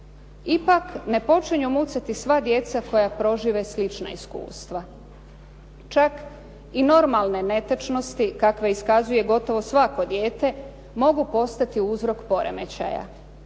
Ipak ne počinju mucati sva djeca koja prožive slična iskustva. Čak i normalne netečnosti kakve iskazuje gotovo svako dijete mogu postati uzrok poremećaja.